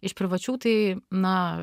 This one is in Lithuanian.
iš privačių tai na